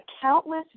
countless